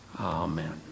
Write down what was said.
amen